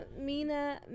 Mina